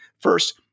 First